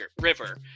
river